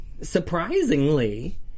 surprisingly